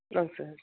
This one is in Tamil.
ஆமாங்க சார்